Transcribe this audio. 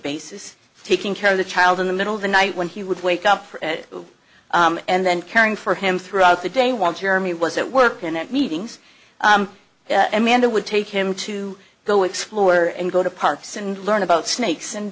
basis taking care of the child in the middle of the night when he would wake up and then caring for him throughout the day while jeremy was at work and at meetings amanda would take him to go explore and go to parks and learn about snakes and